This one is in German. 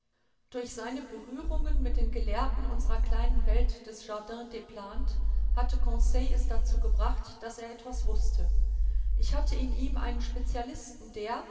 durch seine berührungen mit den gelehrten unserer kleinen welt des jardin des plantes hatte conseil es dazu gebracht daß er etwas wußte ich hatte in ihm einen specialisten der